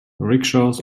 rickshaws